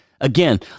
Again